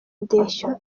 indeshyo